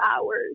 hours